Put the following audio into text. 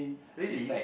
really